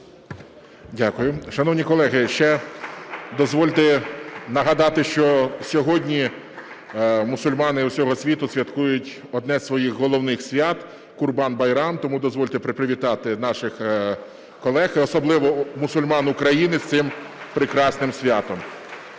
Дякую. Шановні колеги, ще дозвольте нагадати, що сьогодні мусульмани усього світу святкують одне з своїх головних свят Курбан-байрам. Тому дозвольте привітати наших колег і особливо мусульман Україні з цим прекрасним святом.